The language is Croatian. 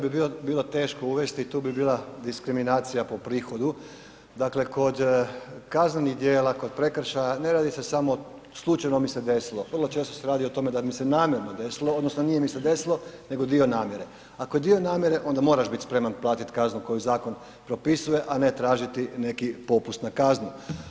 Taj sustav vjerujem da bi bilo teško uvesti, tu bi bila diskriminacija po prihodu dakle kod kaznenih djela, kod prekršaja, ne radi se samo slučajno mi se desilo, vrlo često se radi o tome da mi se namjerno desilo odnosno nije mi se desilo nego dio namjere, ako je dio namjere onda moraš bit spreman platiti kaznu koju zakon propisuje a ne tražiti neki popust na kaznu.